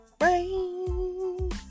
rain